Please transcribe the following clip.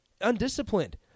undisciplined